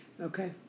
okay